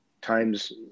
times